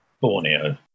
Borneo